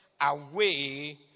away